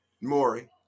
Maury